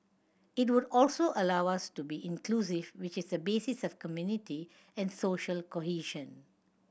it would also allow us to be inclusive which is the basis of community and social cohesion